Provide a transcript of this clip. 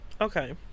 Okay